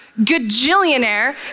gajillionaire